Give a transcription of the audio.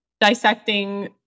dissecting